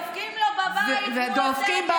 דופקים לו בבית מול, ודופקים.